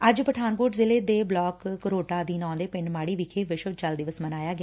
ਅੱਜ ਪਠਾਨਕੋਟ ਜਿਲੇ ਦੇ ਬਲਾਕ ਘਰੋਟਾ ਅਧੀਨ ਆਉਂਦੇ ਪਿੰਡ ਮਾਤੀ ਵਿਖੇ ਵਿਸਵ ਜਲ ਦਿਵਸ ਮਨਾਇਆ ਗਿਆ